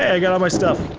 hey, i got all my stuff.